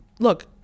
Look